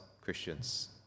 Christians